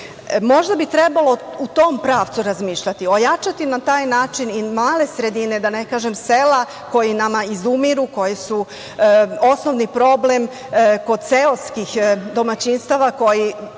krug. Možda bi trebalo u tom pravcu razmišljati, ojačati na taj način i male sredine, da ne kažem sela koja nam izumiru, koje su osnovni problem kod seoskih domaćinstava, koji